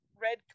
Red